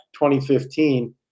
2015 –